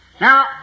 Now